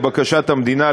לבקשת המדינה,